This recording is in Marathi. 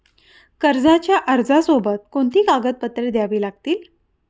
कर्जाच्या अर्जासोबत कोणती कागदपत्रे द्यावी लागतील?